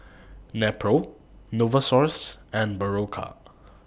Nepro Novosource and Berocca